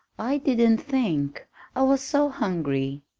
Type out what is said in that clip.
i didn't think i was so hungry.